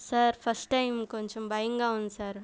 sir first time కొంచెం భయంగా ఉంది సార్